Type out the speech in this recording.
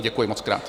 Děkuji mockrát.